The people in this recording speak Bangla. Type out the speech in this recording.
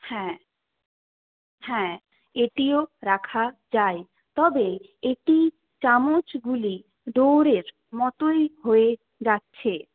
হ্যাঁ হ্যাঁ এটিও রাখা যায় তবে এটি চামচগুলি দৌড়ের মতোই হয়ে যাচ্ছে